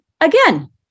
again